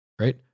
right